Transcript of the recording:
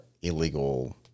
Illegal